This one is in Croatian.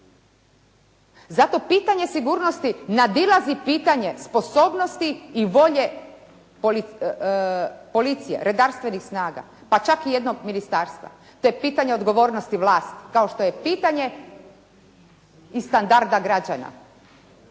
Zato pitanje sigurnosti nadilazi pitanje sposobnosti i volje policije, redarstvenih snaga, pa čak i jednog ministarstva. To je pitanje odgovornosti vlasti kao što je i pitanje i standarda građana.